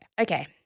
Okay